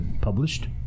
published